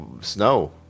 snow